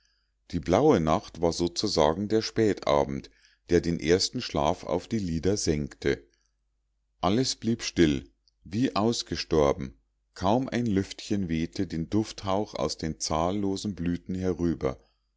die blaue nacht war sozusagen der spätabend der den ersten schlaf auf die lider senkte alles blieb still wie ausgestorben kaum ein lüftchen wehte den dufthauch aus den zahllosen blüten herüber